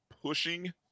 pushing